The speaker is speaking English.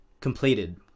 completed